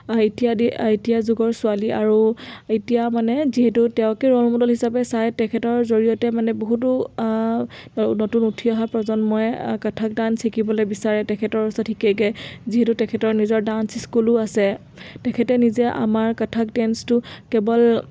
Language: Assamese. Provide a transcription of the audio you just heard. এতিয়া এতিয়া যুগৰ ছোৱালী আৰু এতিয়া মানে যিহেতু তেওঁকে ৰ'ল মডেল হিচাপে চায় তেখেতৰ জৰিয়তে মানে বহুতো নতুন উঠি অহা প্ৰজন্মই কথক ডান্স শিকিবলৈ বিচাৰে তেখেতৰ ওচৰত শিকেগৈ যিহেতু তেখেতৰ নিজৰ ডান্স স্কুলো আছে তেখেতে নিজে আমাৰ কথক ডেন্সটো কেৱল